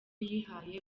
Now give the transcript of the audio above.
yihaye